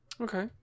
Okay